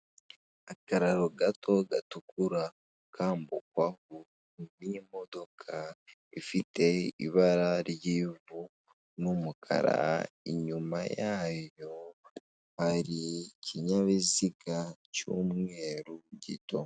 Akararo gato gatukura kambuka, n'imodoka ifite ibara ry'ivu n'umukara, inyuma yayo hari ikinyabiziga cy'umweru gito.